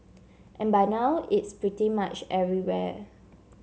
and by now it's pretty much everywhere